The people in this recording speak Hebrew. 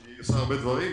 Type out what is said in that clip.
היא עושה הרבה דברים,